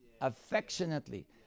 Affectionately